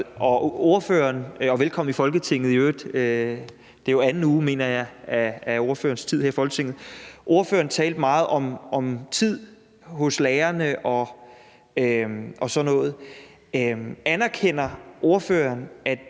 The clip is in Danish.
og velkommen i Folketinget i øvrigt; det er jo anden uge, mener jeg, af ordførerens tid her i Folketinget – talte meget om tid hos lærerne og sådan noget. Anerkender ordføreren, at